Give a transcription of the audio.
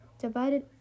divided